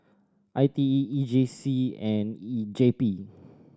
I T E E J C and J P